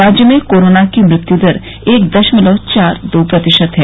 राज्य में कोरोना की मृत्यु दर एक दशमलव चार दो प्रतिशत है